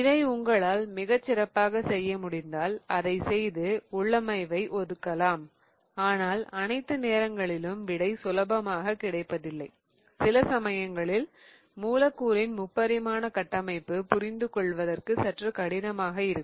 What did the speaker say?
இதை உங்களால் மிகச் சிறப்பாக செய்ய முடிந்தால் அதை செய்து உள்ளமைவை ஒதுக்கலாம் ஆனால் அனைத்து நேரங்களிலும் விடை சுலபமாக கிடைப்பதில்லை சில சமயங்களில் மூலக்கூறின் முப்பரிமாண கட்டமைப்பு புரிந்து கொள்வதற்கு சற்று கடினமாக இருக்கும்